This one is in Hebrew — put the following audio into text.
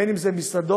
בין שזה מסעדות.